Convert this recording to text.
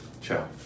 ciao